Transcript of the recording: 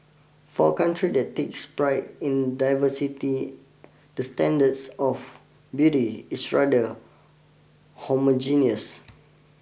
for a country that takes pride in diversity the standards of beauty is rather homogeneous